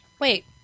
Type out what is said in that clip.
Wait